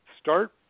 start